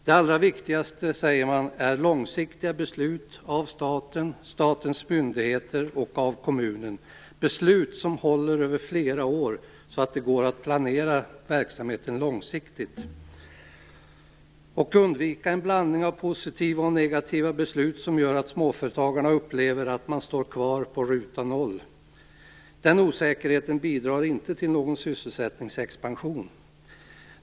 Det allra viktigaste, säger man, är långsiktiga beslut av staten, statens myndigheter och av kommunen - beslut som håller över flera år så att det går att planera verksamheten långsiktigt. Man bör också undvika en blandning av positiva och negativa beslut som gör att småföretagarna upplever att de står kvar på ruta noll. Den osäkerheten bidrar inte till någon sysselsättningsexpansion.